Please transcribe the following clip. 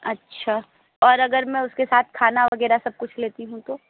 अच्छा और अगर मैं उसके साथ खाना वग़ैरह सब कुछ लेती हूँ तो